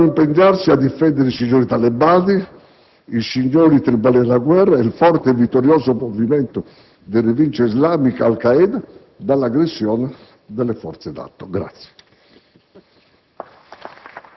dovranno impegnarsi a difendere i signori talebani, i signori tribali della guerra e il forte e vittorioso movimento di Rivincita islamica Al Qaeda dall'aggressione delle forze NATO. Signor